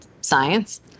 science